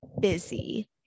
busy